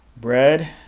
bread